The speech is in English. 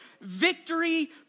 victory